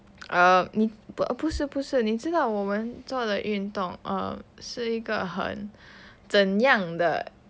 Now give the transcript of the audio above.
err 你不是不是你知道我们做的运动 um 是一个很怎样的